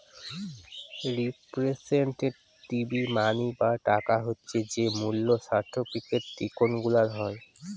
representative money বা টাকা হচ্ছে যে মূল্য সার্টিফিকেট, টকেনগুলার হয়